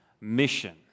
mission